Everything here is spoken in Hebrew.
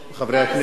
חברי הכנסת,